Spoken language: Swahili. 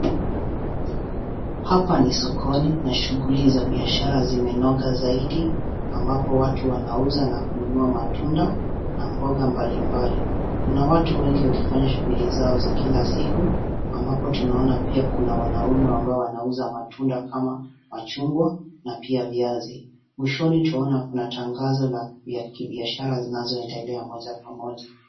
Hapa ni sokoni na shughuli za biashara zimenoga zaidi, ambapo watu wanauza na kununua matunda, na mboga mbalimbali. Kuna watu wengi wakifanya shughuli zao za kila siku ambapo tunaona pia kuna wanaume ambao wanauza matunda kama, machungwa na pia viazi. Mwishoni tunaona kuna tangazo la kibiashara zinaendelea moja kwa moja.